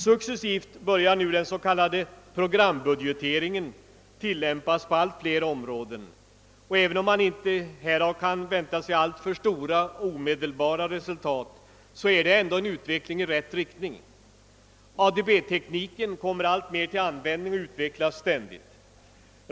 Sucessivt börjar nu den s.k. programbudgeteringen tillämpas på allt flera områden. Även om man härav inte kan vänta sig alltför stora omedelbara resultat, är det ändå en utveckling i rätt riktning. ADB-tekniken kommer alltmer till användning och utvecklas ständigt.